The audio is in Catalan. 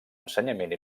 ensenyament